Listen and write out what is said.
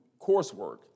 coursework